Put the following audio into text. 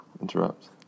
interrupt